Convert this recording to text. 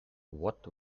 what